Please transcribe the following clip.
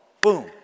Boom